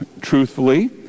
truthfully